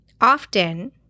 often